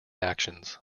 actions